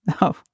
no